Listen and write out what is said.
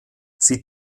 sie